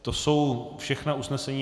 To jsou všechna usnesení.